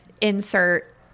insert